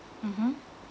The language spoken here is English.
mmhmm